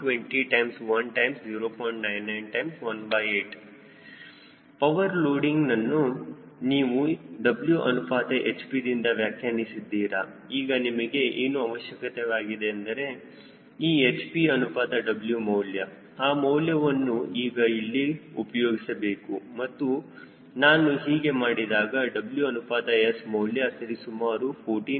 9918 power ಲೋಡಿಂಗ್ನನ್ನು ನೀವು W ಅನುಪಾತ hpದಲ್ಲಿ ವ್ಯಾಖ್ಯಾನಿಸಿದ್ದೀರಾ ಈಗ ನಿಮಗೆ ಏನು ಅವಶ್ಯಕವಾಗಿದೆ ಎಂದರೆ ಈ hp ಅನುಪಾತ W ಮೌಲ್ಯ ಆ ಮೌಲ್ಯವನ್ನು ಈಗ ಇಲ್ಲಿ ಉಪಯೋಗಿಸಬೇಕು ಮತ್ತು ನಾನು ಹೀಗೆ ಮಾಡಿದಾಗ W ಅನುಪಾತ S ಮೌಲ್ಯ ಸರಿ ಸುಮಾರು 14